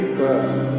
first